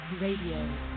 Radio